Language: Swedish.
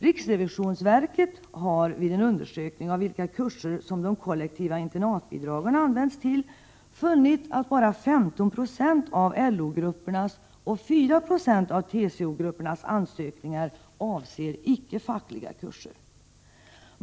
Riksrevisionsverket har vid en undersökning av vilka kurser som de kollektiva internatbidragen används till funnit att bara 15 90 av LO-gruppernas och 4 96 av TCO-gruppernas ansökningar avser icke fackliga kurser.